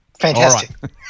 Fantastic